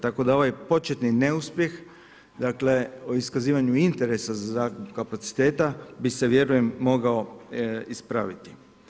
Tako da ovaj početni neuspjeh o iskazivanju interesa za zakup kapaciteta bi se vjerujem mogao ispraviti.